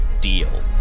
deal